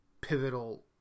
pivotal